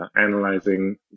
analyzing